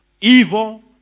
evil